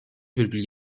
virgül